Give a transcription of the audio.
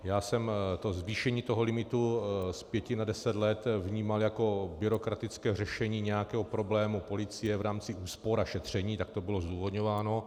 Já jsem zvýšení limitu z pěti na deset let vnímal jako byrokratické řešení nějakého problému policie v rámci úspor a šetření, tak to bylo zdůvodňováno.